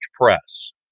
press